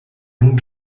nun